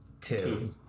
Two